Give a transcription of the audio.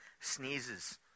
sneezes